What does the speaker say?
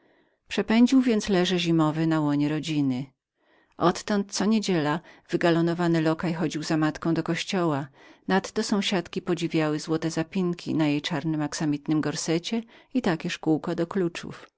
przepędził więc leże zimowe na łonie rodziny odtąd co niedziela lokaj wygalonowany chodził za moją matką do kościoła nadto sąsiadki podziwiały jej złote zapinki na czarnym aksamitnym gorsecie i takież kółko do kluczów